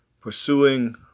pursuing